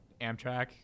Amtrak